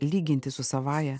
lyginti su savąja